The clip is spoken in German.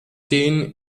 den